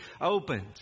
opened